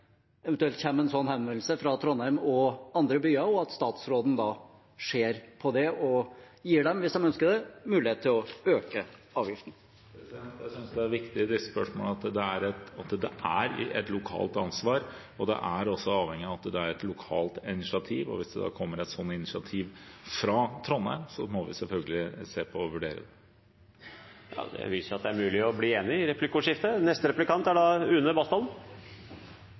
eventuelt kommer en slik henvendelse fra Trondheim og fra andre byer, og at statsråden da ser på det og gir dem – hvis de ønsker det –muligheten til å øke avgiften. I disse spørsmålene synes jeg det er viktig at det er et lokalt ansvar, og det er også avhengig av at det er et lokalt initiativ. Og hvis det kommer et slikt initiativ fra Trondheim, må vi selvfølgelig se på og vurdere det. Det viser seg at det er mulig å bli enige i replikkordskiftet. Neste replikant er Une Bastholm.